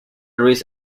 ruiz